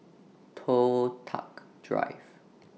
Toh Tuck Drive